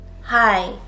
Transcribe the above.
Hi